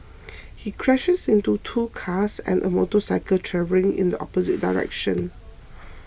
he crashed into two cars and a motorcycle travelling in the opposite direction